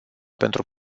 pentru